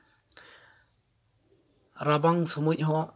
ᱨᱟᱵᱟᱝ ᱥᱚᱢᱚᱡ ᱦᱚᱸ